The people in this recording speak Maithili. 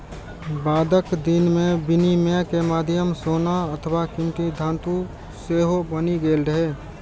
बादक दिन मे विनिमय के माध्यम सोना अथवा कीमती धातु सेहो बनि गेल रहै